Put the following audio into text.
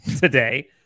today